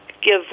give